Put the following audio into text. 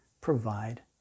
provide